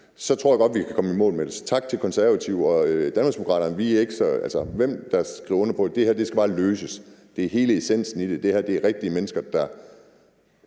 så tror jeg godt, vi kan komme i mål med det. Så tak til Konservative. I Danmarksdemokraterne er vi ikke så optaget af, hvem der skriver under på det. Det her skal bare løses. Det er hele essensen i det. Det her er rigtige mennesker, der